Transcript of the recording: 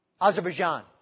Azerbaijan